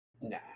Nah